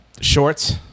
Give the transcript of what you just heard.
Shorts